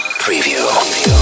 Preview